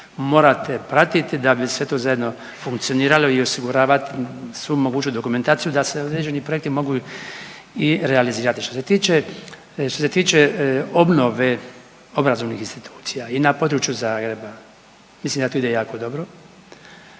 morate pratiti da bi sve to zajedno funkcioniralo i osiguravat svu moguću dokumentaciju da se određeni projekti mogu i realizirati. Što se tiče, što se tiče obnove obrazovnih institucija i na području Zagreba mislim da tu ide jako dobro